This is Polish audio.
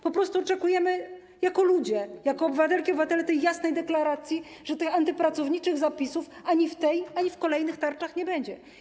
Po prostu oczekujemy jako ludzie, jako obywatelki i obywatele tej jasnej deklaracji, że tych antypracowniczych zapisów ani w tej, ani w kolejnych tarczach nie będzie.